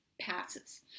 passes